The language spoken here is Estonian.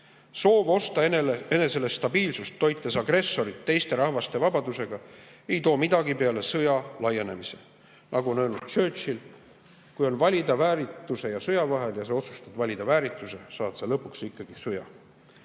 Soov osta enesele stabiilsust, toites agressorit teiste rahvaste vabadusega, ei too midagi peale sõja laienemise. Nagu on öelnud Churchill: kui on valida väärituse ja sõja vahel ja sa otsustad valida väärituse, saad sa lõpuks ikkagi sõja. Eesti